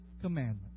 commandment